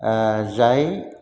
जाय